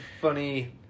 funny